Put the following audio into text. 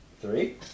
Three